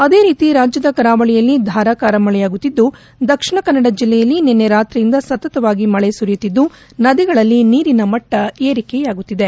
ಅದೇ ರೀತಿ ರಾಜ್ಯದ ಕರಾವಳಿಯಲ್ಲಿ ಧಾರಾಕಾರ ಮಳೆಯಾಗುತ್ತಿದ್ದು ದಕ್ಷಿಣ ಕನ್ನಡ ಜಿಲ್ಲೆಯಲ್ಲಿ ನಿನ್ನೆ ರಾತ್ರಿಯಿಂದ ಸತತವಾಗಿ ಮಳೆ ಸುರಿಯುತ್ತಿದ್ದು ನದಿಗಳಲ್ಲಿ ನೀರಿನ ಮಟ್ಟ ವಿರಿಕೆಯಾಗುತ್ತಿದೆ